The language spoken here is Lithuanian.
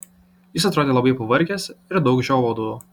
jis atrodė labai pavargęs ir daug žiovaudavo